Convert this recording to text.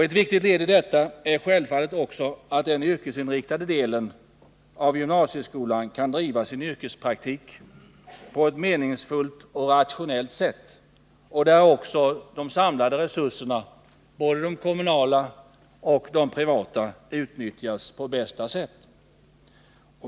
Ett viktigt led i detta är självfallet att den yrkesinriktade delen av gymnasieskolan kan driva sin yrkespraktik på ett meningsfullt och rationellt sätt där de samlade resurserna, både de kommunala och de privata, utnyttjas på bästa sätt.